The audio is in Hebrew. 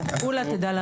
אני רוצה לשמוע